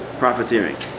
profiteering